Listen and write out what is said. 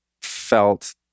felt